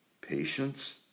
patience